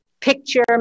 picture